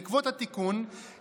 בעקבות התיקון,